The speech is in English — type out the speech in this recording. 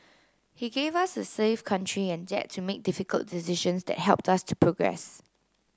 he gave us a safe country and dared to make difficult decisions that helped us to progress